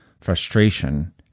frustration